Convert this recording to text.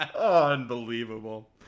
Unbelievable